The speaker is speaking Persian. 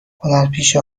هنرپیشه